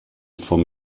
vom